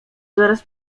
zaraz